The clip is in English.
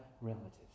relatives